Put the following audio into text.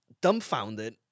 dumbfounded